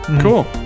cool